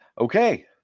Okay